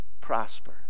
Prosper